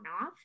off